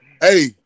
hey